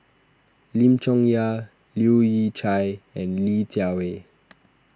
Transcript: Lim Chong Yah Leu Yew Chye and Li Jiawei